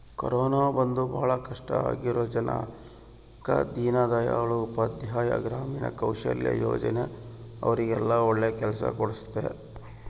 corona ಬಂದು ಭಾಳ ಕಷ್ಟ ಆಗಿರೋ ಜನಕ್ಕ ದೀನ್ ದಯಾಳ್ ಉಪಾಧ್ಯಾಯ ಗ್ರಾಮೀಣ ಕೌಶಲ್ಯ ಯೋಜನಾ ಅವ್ರಿಗೆಲ್ಲ ಒಳ್ಳೆ ಕೆಲ್ಸ ಕೊಡ್ಸುತ್ತೆ